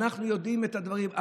אנחנו יודעים את הדברים.